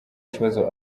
kibazo